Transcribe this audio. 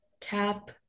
cap